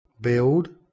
build